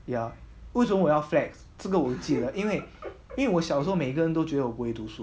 ya 为什么我要 flags 这个我不记得因为因为我小时候每个人都觉得我不会读书